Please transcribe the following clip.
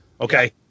Okay